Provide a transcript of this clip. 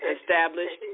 established